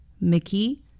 Mickey